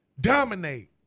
Dominate